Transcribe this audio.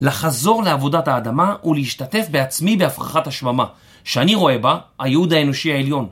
לחזור לעבודת האדמה ולהשתתף בעצמי בהפרחת השממה שאני רואה בה הייעוד האנושי העליון